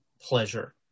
pleasure